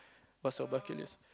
what's your bucket list